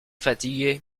fatigué